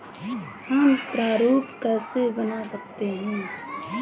हम प्रारूप कैसे बना सकते हैं?